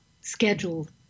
scheduled